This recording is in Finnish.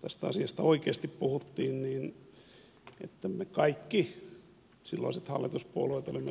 tästä asiasta oikeasti puhuttiin että me kaikki silloiset hallituspuolueet olimme sen kannalla että tällä pitää edetä